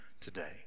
today